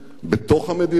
בתוך המדינות,